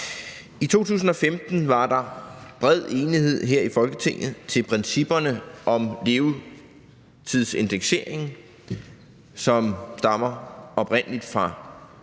I 2015 var der bred enighed her i Folketinget om principperne om levetidsindekseringen, som oprindelig